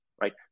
right